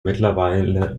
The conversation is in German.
mittlerweile